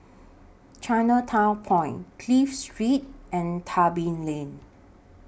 Chinatown Point Clive Street and Tebing Lane